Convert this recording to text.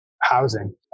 housing